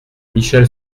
michel